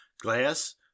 Glass